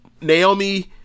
Naomi